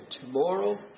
tomorrow